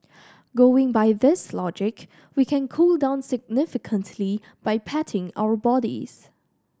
going by this logic we can cool down significantly by patting our bodies